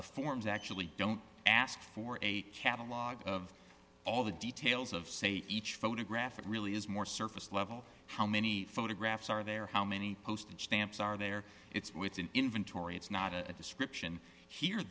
the forms actually don't ask for a catalog of all the details of say each photograph it really is more surface level how many photographs are there how many postage stamps are there it's with an inventory it's not a description here